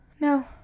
no